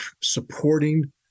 supporting